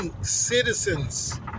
citizens